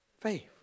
faith